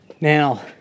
Now